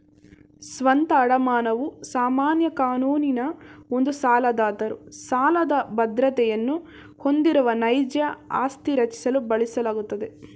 ಸ್ವಂತ ಅಡಮಾನವು ಸಾಮಾನ್ಯ ಕಾನೂನಿನ ಒಂದು ಸಾಲದಾತರು ಸಾಲದ ಬದ್ರತೆಯನ್ನ ಹೊಂದಿರುವ ನೈಜ ಆಸ್ತಿ ರಚಿಸಲು ಬಳಸಲಾಗುತ್ತೆ